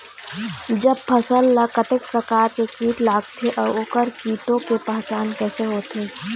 जब फसल ला कतेक प्रकार के कीट लगथे अऊ ओकर कीटों के पहचान कैसे होथे?